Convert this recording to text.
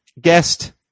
guest